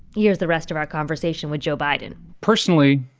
here's the rest of our conversation with joe biden personally,